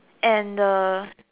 and